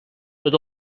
tot